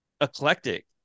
eclectic